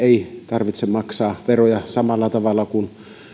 tarvitse maksaa veroja samalla tavalla kuin muiden